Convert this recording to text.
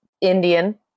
Indian